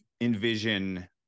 envision